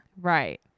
right